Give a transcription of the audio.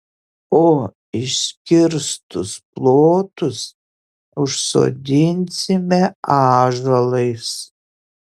o iškirstus plotus užsodinsime ąžuolais